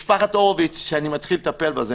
משפחת הורביץ שאני מתחיל לטפל בה.